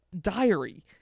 diary